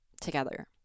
together